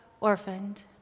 orphaned